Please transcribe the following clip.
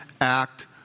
act